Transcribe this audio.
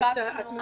את מאוד נדיבה.